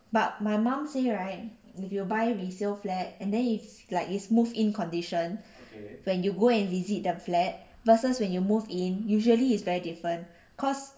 but my mum say right if you buy resale flat and then it's like is move in condition when you go and visit the flat versus when you move in usually is very different cause